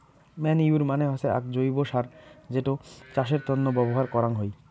manure মানে হসে আক জৈব্য সার যেটো চাষের তন্ন ব্যবহার করাঙ হই